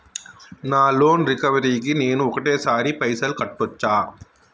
నా loan recovery కి నేను ఒకటేసరి పైసల్ కట్టొచ్చా?